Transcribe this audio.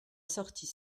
sortie